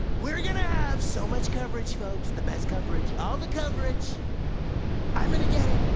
we are going to have so much coverage folks, the best coverage all the coverage i'm gonna get it,